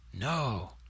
No